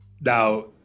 Now